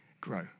grow